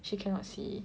she cannot see